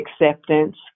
Acceptance